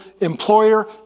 employer